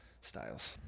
Styles